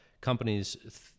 companies